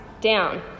down